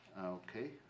Okay